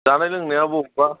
जानाय लोंनाया बबेबा